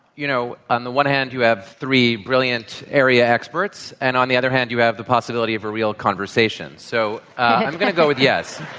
you know, on the one hand, you have three brilliant area experts, and on the other hand, you have the possibility of a real conversation. so i'm going to go with yes.